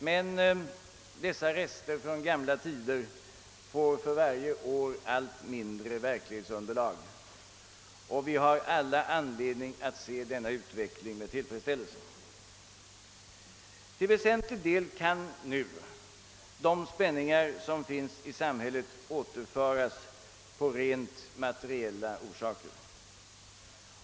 Men dessa rester från gamla tider får för varje år allt mindre verklighetsunderlag, och vi har all anledning att se denna utveckling med tillfredsställelse. Till väsentlig del kan nu de spänningar som finns i samhället återföras på rent materiella förhållanden.